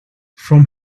from